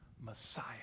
Messiah